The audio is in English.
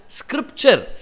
scripture